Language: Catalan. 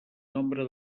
nombre